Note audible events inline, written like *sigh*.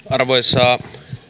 *unintelligible* arvoisa